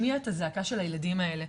האלה,